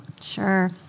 Sure